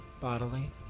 Bodily